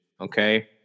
okay